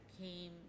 came